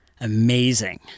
amazing